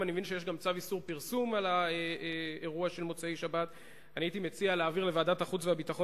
אני רוצה לנצל את ההזדמנות להודות באופן כללי לכל כוחות הביטחון,